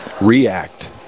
react